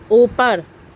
اوپر